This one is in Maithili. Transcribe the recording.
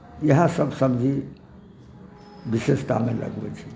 इएहसभ सब्जी विशेषतामे लगबै छी